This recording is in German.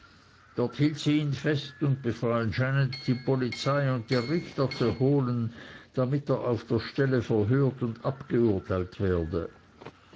dort hielt sie ihn fest und befahl janet die polizei und die richter zu holen damit er auf der stelle verhört und abgeurteilt werde